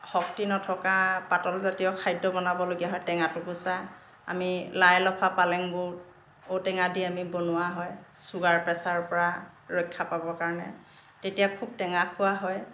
শক্তি নথকা পাতলজাতীয় খাদ্য বনাবলগীয়া হয় টেঙা টুকুচা আমি লাই লফা পালেংবোৰ ঔটেঙা দি আমি বনোৱা হয় ছুগাৰ প্ৰেছাৰ পৰা ৰক্ষা পাবৰ কাৰণে তেতিয়া খুব টেঙা খোৱা হয়